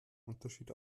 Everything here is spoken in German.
unterschied